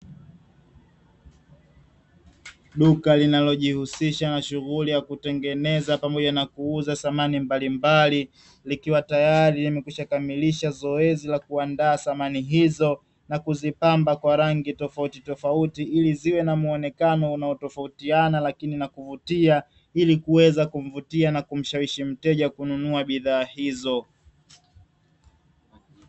Duka linalojihusisha na shughuli ya kutengeneza pamoja na kuuza samani mbalimbali, likiwa tayari limekwishakamilisha zoezi la kuandaa samani hizo na kuzipamba kwa rangi tofauti tofauti, ili ziwe na muonekano unaotofautiana na kuvutia, ili kuweza kumvutia na kumshawishi mteja kununua bidhaa hizo.